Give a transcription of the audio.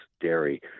dairy